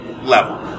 level